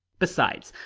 besides,